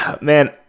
man